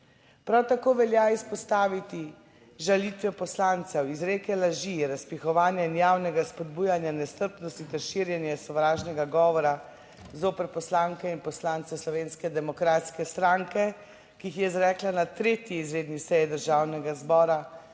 Prav tako velja izpostaviti žalitve poslancev, izreke laži, razpihovanja in javnega spodbujanja nestrpnosti ter širjenje sovražnega govora zoper poslanke in poslance Slovenske demokratske stranke, ki jih je izrekla na 3. izredni seji Državnega zbora